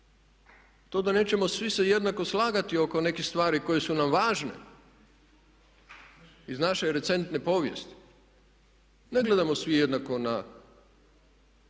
to da nećemo svi se jednako slagati oko nekih stvari koje su nam važne iz naše recentne povijesti. Ne gledamo svi jednako na